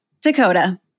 Dakota